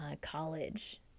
college